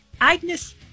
Agnes